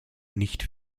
nicht